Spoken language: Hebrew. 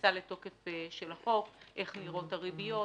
הכניסה לתוקף של החוק, איך נראות הריביות.